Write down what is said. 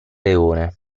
leone